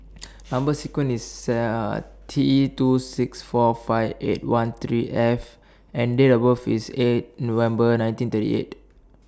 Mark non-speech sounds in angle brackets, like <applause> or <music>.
<noise> Number sequence IS C <hesitation> T two six four five eight one three F and Date of birth IS eight November nineteen thirty eight